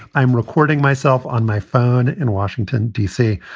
i'm recording myself on my phone in washington, d c.